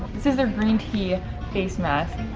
this is their green tea face mask.